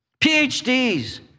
PhDs